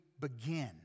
begin